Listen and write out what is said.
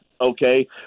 Okay